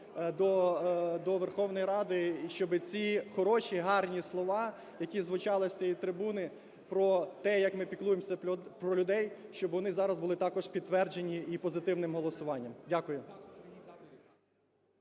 до Верховної Ради, щоб ці хороші, гарні слова, які звучали з цієї трибуни про те, як ми піклуємося про людей, щоб вони зараз були також підтверджені і позитивним голосуванням. Дякую.